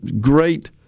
great